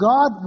God